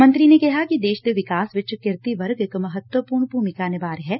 ਮੰਤਰੀ ਨੇ ਕਿਹਾ ਕਿ ਦੇਸ਼ ਦੇ ਵਿਕਾਸ ਵਿਚ ਕਿਰਤੀ ਵਰਗ ਇਕ ਮਹੱਤਵਪੁਰਨ ਭੁਮਿਕਾ ਨਿਭਾ ਰਿਹੈ